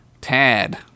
Tad